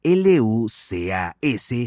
lucas